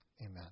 Amen